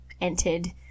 entered